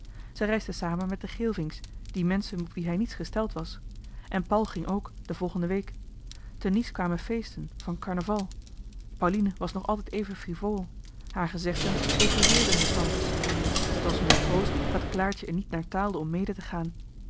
zij reisden samen met de geelvinks die menschen op wie hij niets gesteld was en paul ging ook de volgende week te nice kwamen feesten van carnaval pauline was nog altijd even frivole haar gezegden écoeureerden de tantes het was hun een troost dat claartje er niet naar taalde om mede te gaan